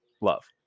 Love